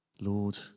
Lord